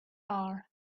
are